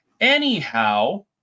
Anyhow